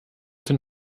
den